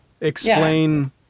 explain